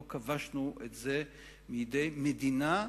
לא כבשנו את זה מידי מדינה,